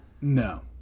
No